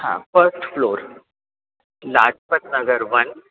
हा first floor Lajpat Nagar one